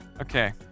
Okay